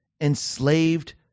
enslaved